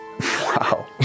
Wow